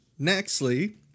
nextly